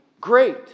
great